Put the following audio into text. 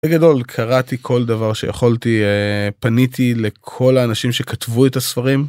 בגדול, קראתי כל דבר שיכולתי פניתי לכל האנשים שכתבו את הספרים.